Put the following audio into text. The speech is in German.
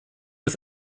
des